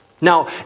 Now